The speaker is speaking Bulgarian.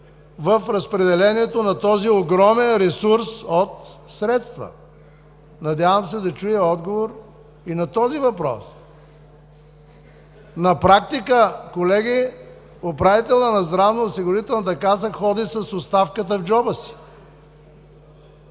в разпределението на този огромен ресурс от средства? Надявам се да чуя отговор и на този въпрос. На практика, колеги, управителят на Здравноосигурителната каса ходи с оставката в джоба си.